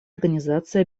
организации